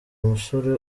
umusore